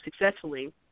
successfully